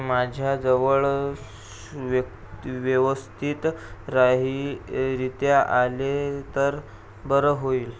माझ्याजवळ स् व्यक्ती व्यवस्थित राही रित्या आले तर बरं होईल